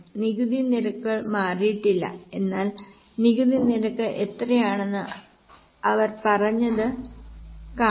നികുതി നിരക്കുകൾ മാറിയിട്ടില്ല എന്നാൽ നികുതി നിരക്ക് എത്രയാണെന്ന് അവർ പറഞ്ഞത് കാണുക